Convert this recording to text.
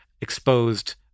exposed